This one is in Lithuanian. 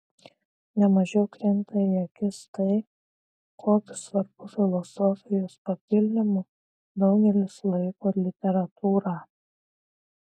ne mažiau krinta į akis tai kokiu svarbiu filosofijos papildymu daugelis laiko literatūrą